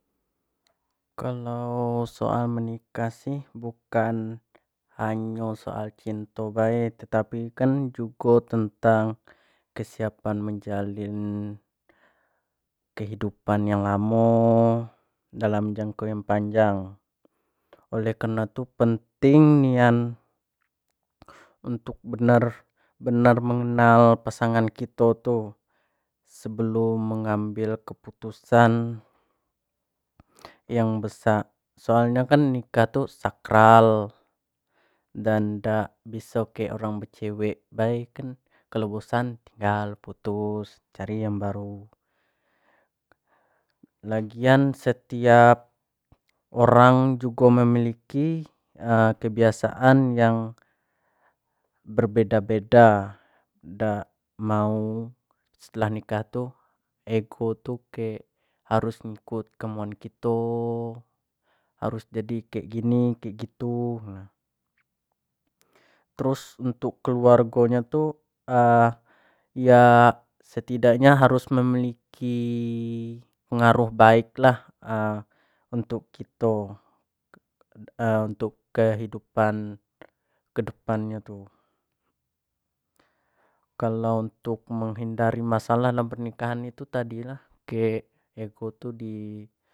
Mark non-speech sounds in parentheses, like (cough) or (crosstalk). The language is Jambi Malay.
Kalau soal menikah sih bukan hanya soal cinta baik tetapi kan juga tentang kesiapan menjalin kehidupan yang lama dalam jangka yang panjang boleh kena tuh penting yang untuk benar benar mengenal pasangan kita tuh sebelum mengambil keputusan yang besar soalnya kan nikah tuh sakral dan ndak bisa kayak orang cewek baik kelulusan tinggal putus cari yang baru lagian setiap orang juga memiliki kebiasaan yang berbeda-beda ndak mau setelah nikah tuh ego tuh kek harus ikut temuan gitu harus jadi kayak gini kayak gitu terus untuk keluarganya tuh ya setidaknya harus memiliki pengaruh baiklah untuk kita untuk kehidupan kedepannya tuh kalau untuk menghindari masalah dan pernikahan itu tadi ya ego (unintelligible)